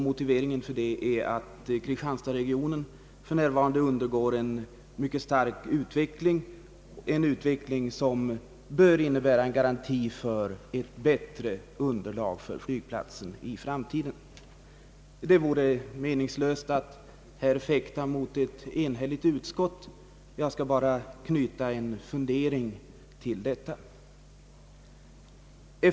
Motiveringen för yrkandet är att kristianstadsregionen för närva rande undergår en mycket stark utveckling — en utveckling som bör innebära en garanti för ett bättre underlag för flygplatsen i framtiden. Det vore meningslöst att fäkta mot ett enhälligt utskott. Jag skall bara knyta an en fundering till utlåtandet.